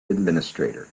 administrator